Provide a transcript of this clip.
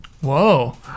Whoa